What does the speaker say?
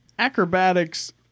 acrobatics